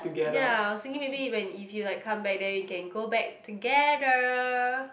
ya I was thinking maybe if when if you like come back then you can go back together